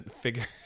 figure